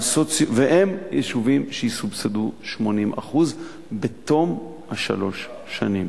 הם יישובים שיסובסדו 80% בתום שלוש השנים.